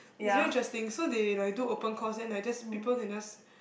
it's very interesting so they like do open course then like just people can just